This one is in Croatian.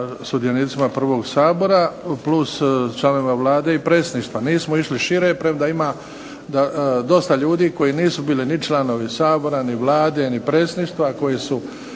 sudionicima prvog Sabora plus članovima Vlade i Predsjedništva. Nismo išli šire, premda ima dosta ljudi koji nisu bili ni članovi Sabora, ni Vlade, ni Predsjedništva, ali mi se